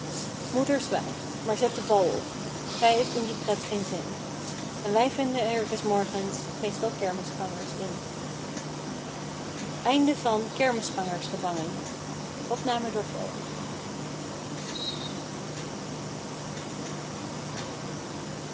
zwijgt maar zet de val op zij heeft in die pret geen zin en wij vinden er des morgens meestal kermisgangers in